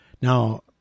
Now